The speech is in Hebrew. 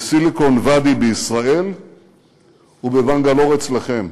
בסיליקון-ואדי בישראל ובבנגלור אצלכם.